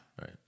right